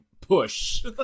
push